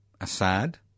Assad